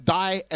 die